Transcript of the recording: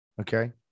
Okay